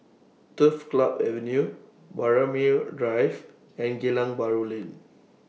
Turf Club Avenue Braemar Drive and Geylang Bahru Lane